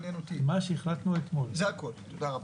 תודה רבה.